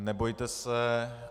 Nebojte se.